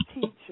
teacher